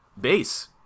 base